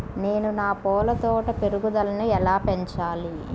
నేను నా పూల తోట పెరుగుదలను ఎలా పెంచాలి?